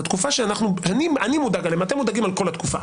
אתם מודאגים לגבי כל התקופה,